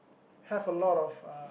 have a lot of uh